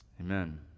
Amen